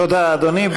תודה, אדוני.